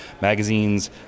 magazines